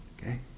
Okay